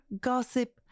gossip